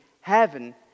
heaven